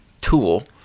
tool